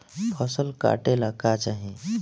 फसल काटेला का चाही?